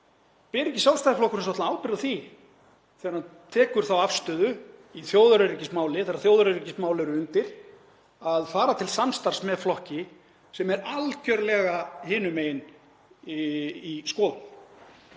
Ber Sjálfstæðisflokkurinn ekki svolitla ábyrgð á því þegar hann tekur þá afstöðu í þjóðaröryggismáli, þegar þjóðaröryggismál eru undir, að fara til samstarfs með flokki sem er algerlega hinum megin í skoðun?